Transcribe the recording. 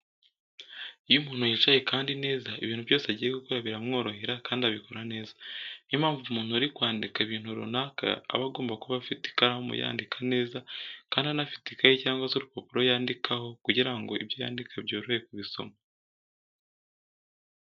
Iyo umuntu yicaye kandi neza, ibintu byose agiye gukora biramworohera kandi abikora neza. Niyo mpamvu, umuntu uri kwandika ibintu runaka aba agomba kuba afite ikaramu yandika neza kandi anafite ikayi cyangwa se urupapuro yandikaho kugira ngo ibyo yandika byorohe kubisoma.